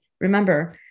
remember